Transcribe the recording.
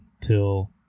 till